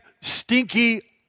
stinky